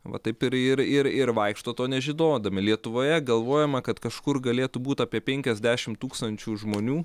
va taip ir ir ir vaikšto to nežinodami lietuvoje galvojama kad kažkur galėtų būt apie penkiasdešimt tūkstančių žmonių